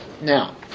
now